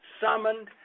summoned